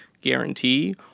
guarantee